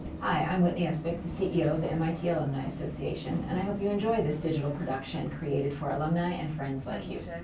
i'm whitney espich, the ceo of the mit alumni association and i hope you enjoy this digital production created for alumni and friends like you.